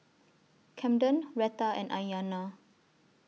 Kamden Retta and Aiyana